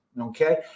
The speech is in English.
Okay